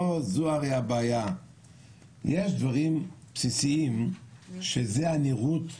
יש דברים בסיסיים שזה הנראות שלנו,